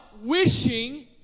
wishing